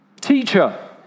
Teacher